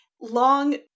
Long